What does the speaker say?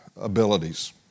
abilities